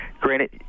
Granted